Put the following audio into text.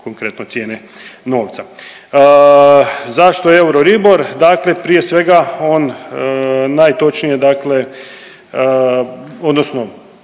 konkretno cijene novca. Zašto EURIBOR? Dakle, prije svega on najtočnije dakle odnosno